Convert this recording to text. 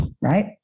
right